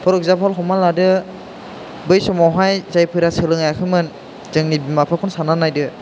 four इगजामफोल हमना लादो बै समावहाय जायफोरा सोलोङाखैमोन जोंनि बिमा बिफाखौनो सान्ना नायदो